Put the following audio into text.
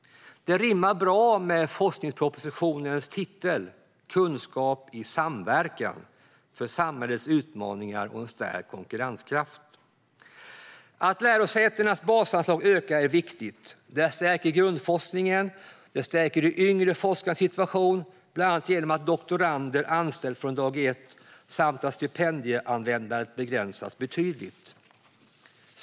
Det rimmar bra med forskningspropositionens titel Kunskap i samverkan - för samhällets utmaningar och stärkt konkurrenskraft . Att lärosätenas basanslag ökar är viktigt. Det stärker grundforskningen och de yngre forskarnas situation, bland annat genom att doktorander anställs från dag ett. Dessutom begränsas stipendieanvändandet betydligt.